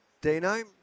Dino